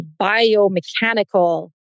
biomechanical